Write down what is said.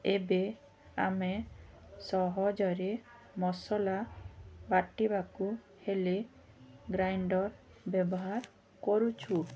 ଏବେ ଆମେ ସହଜରେ ମସଲା ବାଟିବାକୁ ହେଲେ ଗ୍ରାଇଣ୍ଡର୍ ବ୍ୟବହାର କରୁଛୁ